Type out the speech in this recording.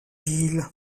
ville